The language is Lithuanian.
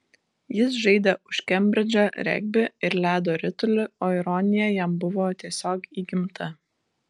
jis žaidė už kembridžą regbį ir ledo ritulį o ironija jam buvo tiesiog įgimta